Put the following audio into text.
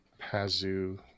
Pazu